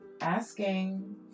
asking